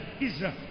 Israel